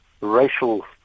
racial